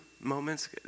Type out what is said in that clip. moments